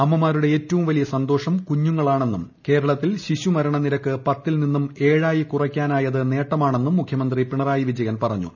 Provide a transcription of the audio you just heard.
അമ്മമാരുടെ ഏറ്റവും വലിയ സന്തോഷം കുഞ്ഞുങ്ങളാണെന്നും കേരളത്തിൽ ശിശുമരണ നിരക്ക് പത്തിൽ നിന്നും ഏഴായി കുറയ്ക്കാനായത് നേട്ടമാണെന്നും മുഖ്യമന്ത്രി പിണറായി വിജ യൻ പറഞ്ഞു